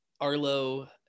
Arlo